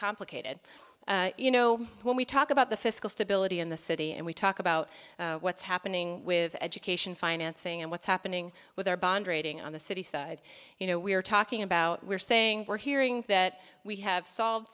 complicated you know when we talk about the fiscal stability in the city and we talk about what's happening with education financing and what's happening with our bond rating on the city side you know we're talking about we're saying we're hearing that we have solve